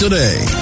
Today